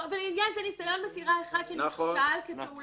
לעניין זה ניסיון מסירה אחד שנכשל כפעולה